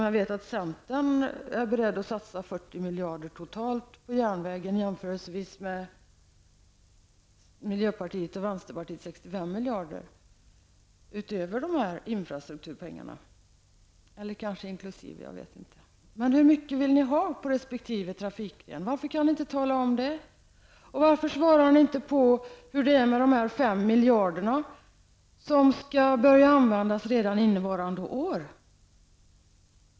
Jag vet att centern är beredd att satsa 40 miljarder kronor totalt på järnvägen, vilket kan jämföras med miljöpartiet och vänsterpartiet, som är beredda att satsa 65 miljarder kronor utöver infrastrukturpengarna -- eller kanske var det inkl. dessa. Hur mycket vill ni ha på resp. trafikgren? Varför kan ni inte tala om det? Varför svarar ni inte på hur det är med de 5 miljarder kronor som skall börja användas redan innevarande år?